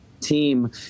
team